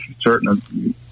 certain